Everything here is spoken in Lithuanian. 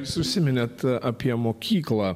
jūs užsiminėt apie mokyklą